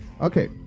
okay